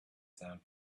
sound